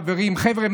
החברים: חבר'ה,